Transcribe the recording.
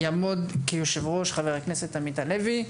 בראשה יעמוד חבר הכנסת עמית הלוי.